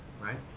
right